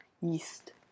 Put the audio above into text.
yeast